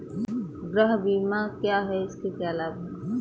गृह बीमा क्या है इसके क्या लाभ हैं?